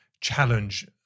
challenge